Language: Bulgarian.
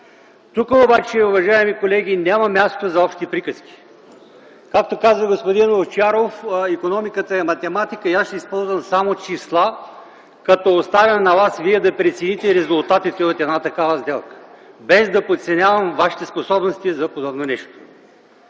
тук обаче няма място за общи приказки. Както каза господин Овчаров, икономиката е математика. Аз ще използвам само числа, като оставям на вас – вие да прецените резултатите от такава сделка, без да подценявам вашите способности за такова нещо.